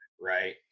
right